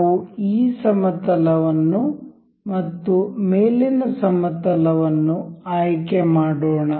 ನಾವು ಈ ಸಮತಲವನ್ನು ಮತ್ತು ಮೇಲಿನ ಸಮತಲಅನ್ನು ಆಯ್ಕೆ ಮಾಡೋಣ